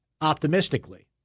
optimistically